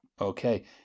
Okay